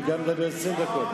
הייתי מדבר 20 דקות,